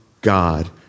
God